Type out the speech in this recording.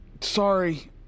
sorry